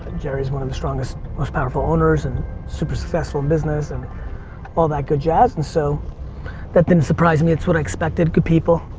jerry's one of the strongest, most powerful owners and super successful in business and all that good jazz and so that didn't surprise me. it's what i expected. good people.